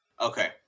Okay